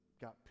got